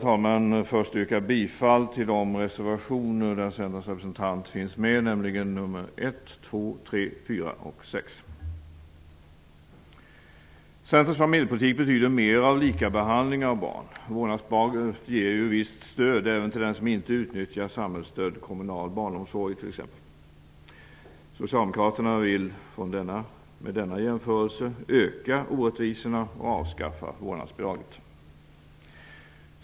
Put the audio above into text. Låt mig först yrka bifall till de reservationer där Centerns representant finns med, nämligen nr 1, 2, 3, 4 och 6. Centerns familjepolitik betyder mer av likabehandling av barn. Vårdnadsbidraget ger ju visst stöd även till den som inte utnyttjar samhällets stöd i form av t.ex. kommunal barnomsorg. Socialdemokraterna vill med denna jämförelse öka orättvisorna och avskaffa vårdnadsbidraget.